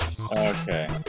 Okay